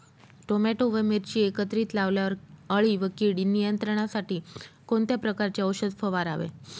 Tomato व मिरची एकत्रित लावल्यावर अळी व कीड नियंत्रणासाठी कोणत्या प्रकारचे औषध फवारावे?